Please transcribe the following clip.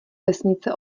vesnice